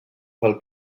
pel